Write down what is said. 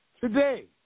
today